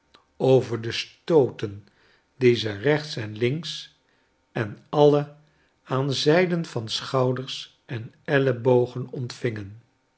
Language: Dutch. over de stooten die ze rechts en links en alle aan zijden van schouders en ellebogen ontvingen